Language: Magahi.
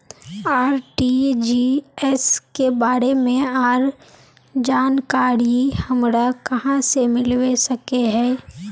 आर.टी.जी.एस के बारे में आर जानकारी हमरा कहाँ से मिलबे सके है?